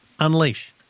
unleash